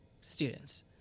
students